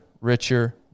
richer